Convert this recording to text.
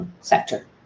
sector